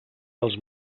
dels